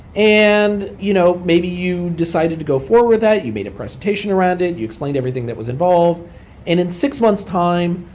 and you know maybe you decided to go forward with that. you made a presentation around it. you explained everything that was involved and in six months' time,